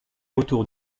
autour